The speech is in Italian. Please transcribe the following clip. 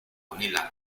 nella